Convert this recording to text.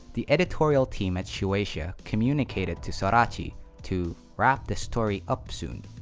the editorial team at shueisha communicated to sorachi to wrap the story up soon.